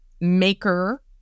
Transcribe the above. maker